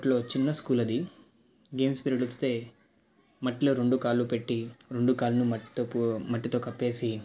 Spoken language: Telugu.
అప్పట్లో చిన్న స్కూల్ అది గేమ్స్ పిరియడ్ మట్టిలో రెండు కాళ్ళు పెట్టి రెండు కాళ్ళను మట్టితో పూ మట్టితో కప్పేసి